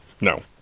No